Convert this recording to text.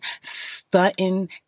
stunting